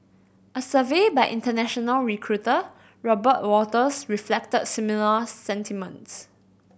a survey by international recruiter Robert Walters reflected similar sentiments